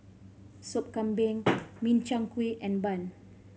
Sop Kambing Min Chiang Kueh and bun